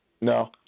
No